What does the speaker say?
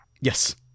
Yes